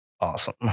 Awesome